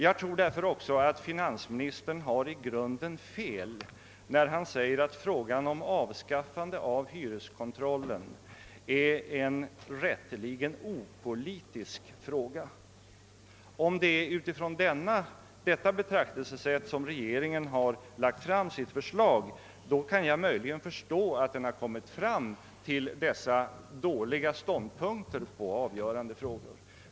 Enligt min mening har finansministern i grunden fel, när han säger att avskaffandet av hyreskontrollen rätteligen är en opolitisk fråga. Om det är utifrån det betraktelsesättet regeringen har lagt fram sitt förslag kan jag möjligen förstå att regeringen har kommit fram till så felaktiga ståndpunkter som fallet varit i avgörande frågor.